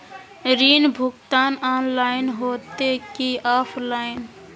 ऋण भुगतान ऑनलाइन होते की ऑफलाइन?